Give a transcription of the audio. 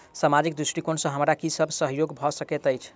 सामाजिक दृष्टिकोण सँ हमरा की सब सहयोग भऽ सकैत अछि?